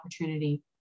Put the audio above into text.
opportunity